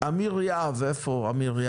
אמיר יהב פה?